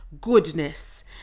goodness